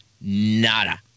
Nada